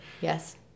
Yes